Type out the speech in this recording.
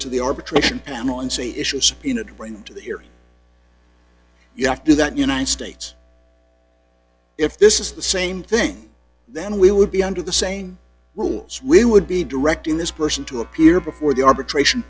to the arbitration panel and see issue a subpoena to bring them to the here you have to that united states if this is the same thing then we would be under the same rules we would be directing this person to appear before the arbitration